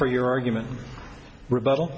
for your argument reb